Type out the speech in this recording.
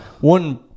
one